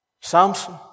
Samson